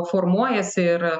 formuojasi ir